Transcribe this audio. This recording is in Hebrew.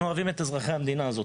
אוהבים את אזרחי המדינה הזאת.